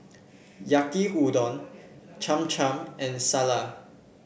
Yaki Udon Cham Cham and